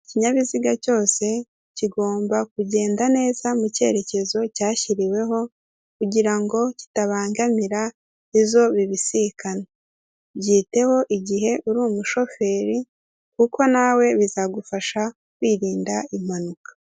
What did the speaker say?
Ikinyabiziga cyose kigomba kugenda neza mu cyerekezo cyashyiriweho kugira kitabangamira izo bibisikana byiteho igihe uri umushoferi kuko nawe bizagufasha kwirinda impanuka.